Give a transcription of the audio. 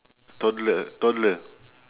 toddler toddler